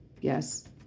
Yes